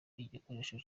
igikoresho